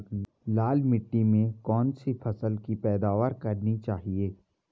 लाल मिट्टी में कौन सी फसल की पैदावार करनी चाहिए?